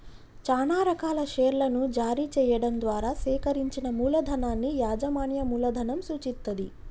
చానా రకాల షేర్లను జారీ చెయ్యడం ద్వారా సేకరించిన మూలధనాన్ని యాజమాన్య మూలధనం సూచిత్తది